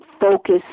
focus